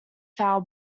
foul